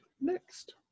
next